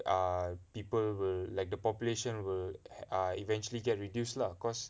err people will like the population will eventually get reduced lah cause